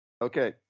Okay